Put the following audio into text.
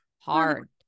hard